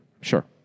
Sure